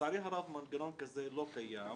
לצערי הרב מנגנון כזה לא קיים.